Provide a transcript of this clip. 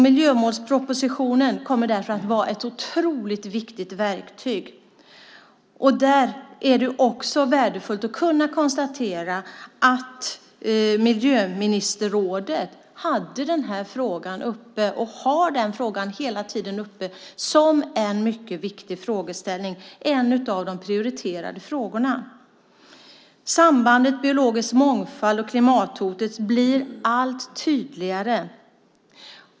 Miljömålspropositionen kommer därför att vara ett otroligt viktigt verktyg. Där är det också värdefullt att kunna konstatera att miljöministerrådet hade den här frågan uppe och har den hela tiden uppe som en mycket viktig frågeställning, en av de prioriterade frågorna. Sambandet mellan biologisk mångfald och klimathotet blir allt tydligare.